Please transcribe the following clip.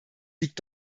liegt